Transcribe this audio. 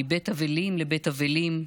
מבית אבלים לבית אבלים,